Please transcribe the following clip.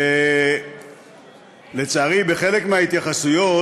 לצערי, בחלק מההתייחסויות,